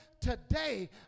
Today